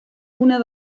una